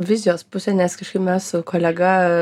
vizijos pusę nes kažkaip mes su kolega